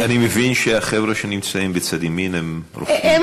אני מבין שהחבר'ה שנמצאים בצד ימין הם רופאים כולם.